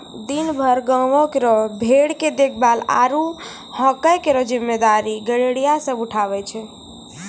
दिनभर गांवों केरो भेड़ के देखभाल आरु हांके केरो जिम्मेदारी गड़ेरिया सब उठावै छै